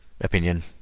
opinion